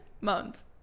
months